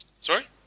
Sorry